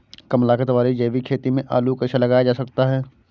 कम लागत वाली जैविक खेती में आलू कैसे लगाया जा सकता है?